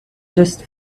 just